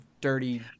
dirty